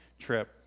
trip